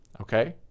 okay